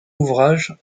ouvrages